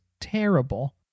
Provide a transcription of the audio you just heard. terrible